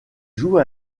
joue